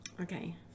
okay